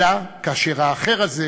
אלא כאשר האחר הזה